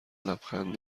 لبخند